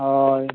ᱦᱳᱭ